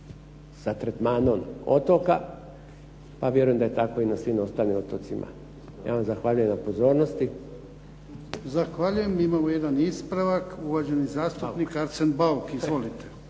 sa tretmanom otoka, a vjerujem da je tako i na svim ostalim otocima. Ja vam zahvaljujem na pozornosti. **Jarnjak, Ivan (HDZ)** Zahvaljujem. Imamo jedan ispravak. Uvaženi zastupnik Arsen Bauk. Izvolite.